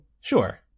Sure